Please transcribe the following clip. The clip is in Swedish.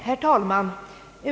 Herr talman!